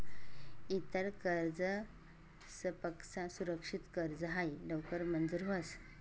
इतर कर्जसपक्सा सुरक्षित कर्ज हायी लवकर मंजूर व्हस